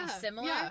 similar